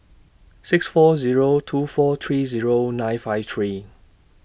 six four Zero two four three Zero nine five three